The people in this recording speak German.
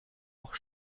auch